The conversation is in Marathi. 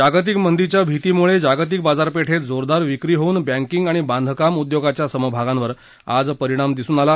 जागतिक मंदीच्या भीतीमुळे जागतिक बाजारपेठेत जोरदार विक्री होऊन बँकिग आणि बांधकाम उद्योगाच्या समभागांवर आज परिणाम दिसून आला